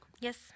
Yes